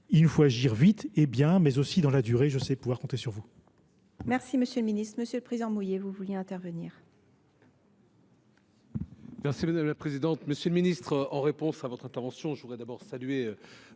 faut agir vite et bien, mais aussi dans la durée. Je sais pouvoir compter sur vous.